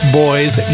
boy's